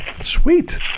Sweet